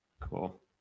Cool